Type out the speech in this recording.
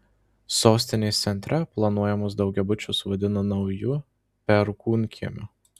sostinės centre planuojamus daugiabučius vadina nauju perkūnkiemiu